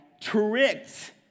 tricked